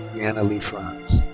and lee franz.